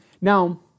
Now